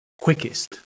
quickest